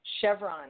Chevron